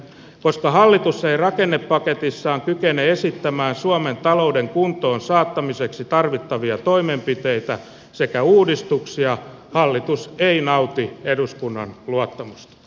koska hallitus ei rakennepaketissaan kykene esittämään suomen talouden kuntoon saattamiseksi tarvittavia toimenpiteitä sekä uudistuksia hallitus ei nauti eduskunnan luottamusta